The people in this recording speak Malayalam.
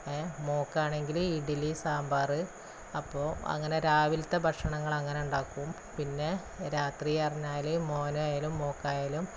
മോള്ക്ക് ആണെങ്കില് ഇഡലി സമ്പാറ് അപ്പോള് അങ്ങനെ രാവിലത്തെ ഭക്ഷണങ്ങള് അങ്ങനെ ഉണ്ടാക്കും പിന്നെ രാത്രി പറഞ്ഞാല് മോന് ആയാലും മോള്ക്ക് ആയാലും